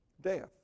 Death